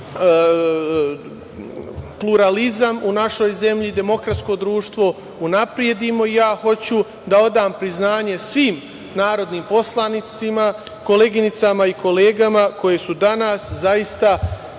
pluralizam i demokratsko društvo unapredimo i ja hoću da odam priznanje svim narodnim poslanicima, koleginicama i kolegama koje su danas ovde.